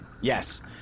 Yes